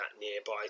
nearby